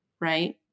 right